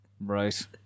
right